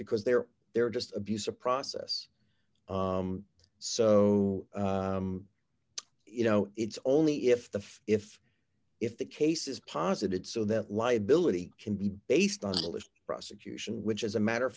because they're there just abuse a process so you know it's only if the if if the case is posited so that liability can be based on a list prosecution which as a matter of